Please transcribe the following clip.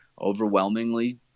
overwhelmingly